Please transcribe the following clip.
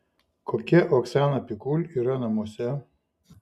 kokia oksana pikul yra namuose